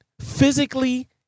physically